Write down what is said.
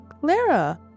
Clara